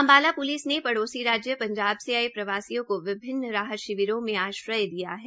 Ambala police ने पड़ोसी राज्य पंजाब से आये प्रवासियों को विभिन्न राहत शिविरों में आश्रय दिया है